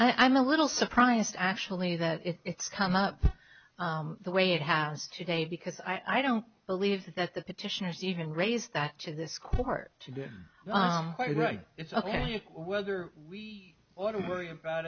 i'm a little surprised actually that it's come up the way it has today because i don't believe that the petitioners even raise that to this court to do quite right it's ok or whether we ought to worry about